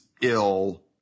ill